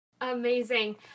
amazing